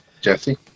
Jesse